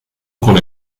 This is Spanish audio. con